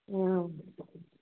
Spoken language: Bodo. औ